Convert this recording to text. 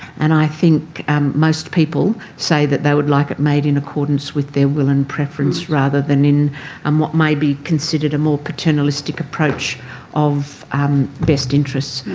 and i think um most people say that they would like it made in accordance with their will and preference rather than in um what may be considered a more paternalistic approach of um best interests.